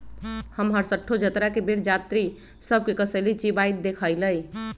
हम हरसठ्ठो जतरा के बेर जात्रि सभ के कसेली चिबाइत देखइलइ